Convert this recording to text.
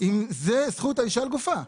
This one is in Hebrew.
אם זאת זכות האישה על גופה,